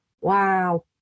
wow